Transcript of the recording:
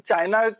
China